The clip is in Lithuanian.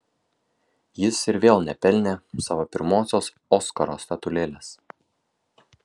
jis ir vėl nepelnė savo pirmosios oskaro statulėlės